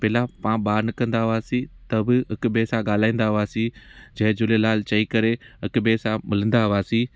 पहला पा ॿाहिरि निकिरदा हुआसीं त बि हिकु ॿिए सां ॻाल्हाईंदा हुआसीं जय झूलेलाल चई करे हिक ॿिए सां मिलंदा हुआसीं